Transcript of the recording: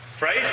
Right